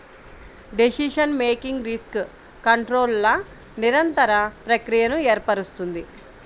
decision making risk కంట్రోల్ల నిరంతర ప్రక్రియను ఏర్పరుస్తుంది